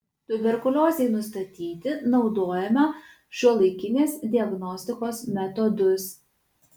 tuberkuliozei nustatyti naudojame šiuolaikinės diagnostikos metodus